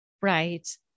Right